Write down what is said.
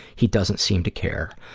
he doesn't seem to care.